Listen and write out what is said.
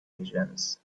visions